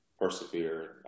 persevere